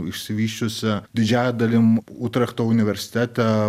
išsivysčiusi didžiąja dalimi utrachto universitete